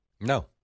No